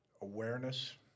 awareness